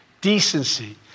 Decency